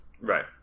right